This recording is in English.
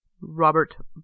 Robert